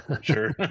Sure